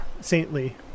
saintly